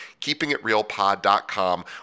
keepingitrealpod.com